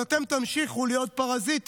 אז אתם תמשיכו להיות פרזיטים,